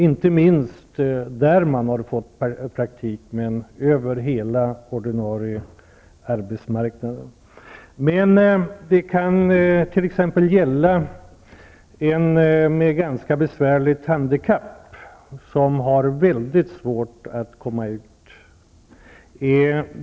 Detta gäller över hela den ordinarie arbetsmarknaden, inte minst där man har fått praktik. Anställningen kan förlängas för exempelvis en person med ganska besvärligt handikapp, som har mycket svårt att komma ut på arbetsmarknaden.